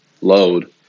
load